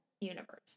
universe